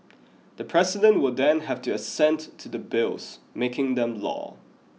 the president will then have to assent to the bills making them law